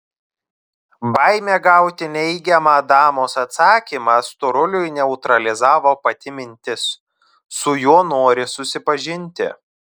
baimė gauti neigiamą damos atsakymą storuliui neutralizavo pati mintis su juo nori susipažinti